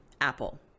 Apple